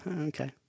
Okay